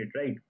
right